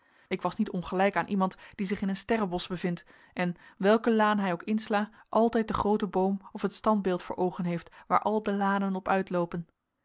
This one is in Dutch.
ik was niet ongelijk aan iemand die zich in een sterrebosch bevindt en welke laan hij ook insla altijd den grooten boom of het standbeeld voor oogen heeft waar al de lanen op